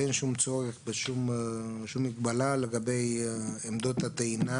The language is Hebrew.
ואין שום צורך בשום מגבלה לגבי עמדות הטעינה